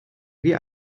wie